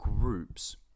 groups